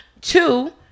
two